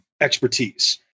expertise